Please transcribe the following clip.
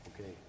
Okay